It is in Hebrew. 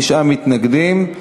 בעד, 15, 29 מתנגדים.